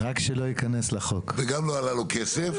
וגם לא עלה לו כסף.